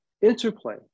interplay